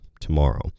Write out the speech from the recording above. tomorrow